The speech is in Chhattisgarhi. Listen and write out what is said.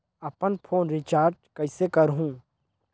अपन फोन रिचार्ज कइसे करहु?